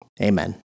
Amen